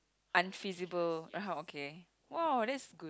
unfeasible like how okay !wow! that's